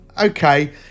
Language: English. okay